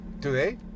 Today